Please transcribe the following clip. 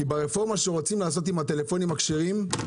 ברפורמה שרוצים לעשות בטלפונים הכשרים,